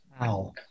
Wow